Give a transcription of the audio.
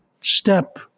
step